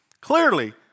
Clearly